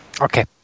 Okay